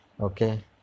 Okay